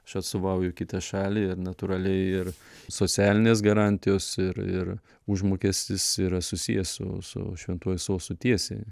aš atstovauju kitą šalį ir natūraliai ir socialinės garantijos ir ir užmokestis yra susijęs su su šventuoju sostu tiesiai